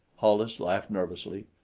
hollis laughed nervously.